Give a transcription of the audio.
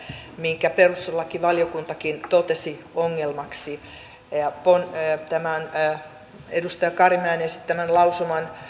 minkä perustuslakivaliokuntakin totesi ongelmaksi edustaja karimäen esittämän lausuman